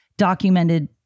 documented